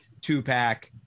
two-pack